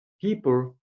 people